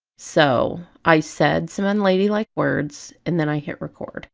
so i said some unladylike words and then i hit record